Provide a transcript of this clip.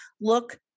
look